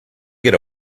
get